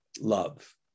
love